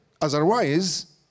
Otherwise